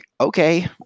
okay